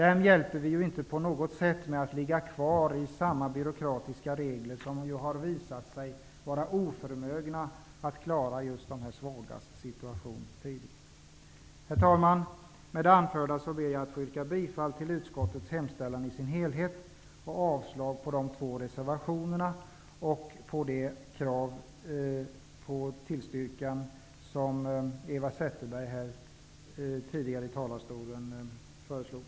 Vi hjälper inte dessa människor genom att behålla samma byråkratiska regler som tidigare har visat sig vara olämpliga för att klara de svagas situation. Herr talman! Med det anförda ber jag att få yrka bifall till utskottets hemställan i sin helhet och avslag på de två reservationerna och det bifallskrav som Eva Zetterberg tidigare framfört i talarstolen.